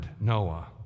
Noah